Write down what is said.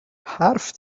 حرف